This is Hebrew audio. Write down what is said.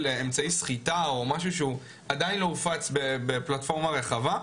אמצעי סחיטה או משהוא שעדיין לא הופץ בפלטפורמה רחבה,